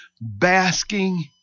basking